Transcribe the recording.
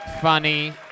funny